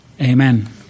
Amen